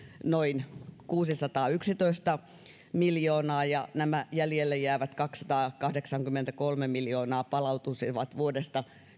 noin kuusisataayksitoista miljoonaa ja nämä jäljelle jäävät kaksisataakahdeksankymmentäkolme miljoonaa palautuisivat vuodesta